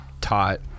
taught